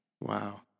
Wow